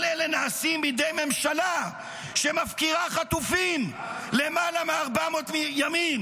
כל אלה נעשים בידי הממשלה שמפקירה חטופים למעלה מ-400 ימים.